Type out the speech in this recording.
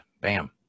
Bam